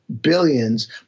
billions